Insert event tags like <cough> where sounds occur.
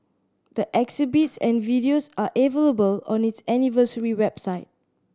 the exhibits and videos are <unintelligible> on its anniversary website